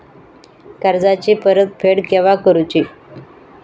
कर्जाची परत फेड केव्हा करुची?